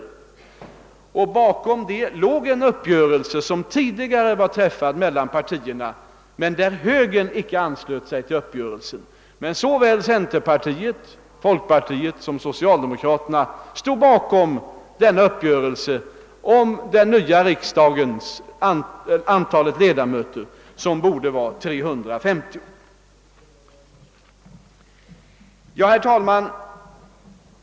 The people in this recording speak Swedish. Bakom denna beställning låg en uppgörelse som tidigare hade träffats mellan centerpartiet, folkpartiet och socialdemokraterna men som högern inte hade anslutit sig till. Herr talman!